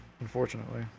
unfortunately